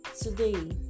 Today